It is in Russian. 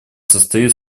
состоит